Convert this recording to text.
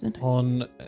on